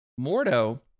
Mordo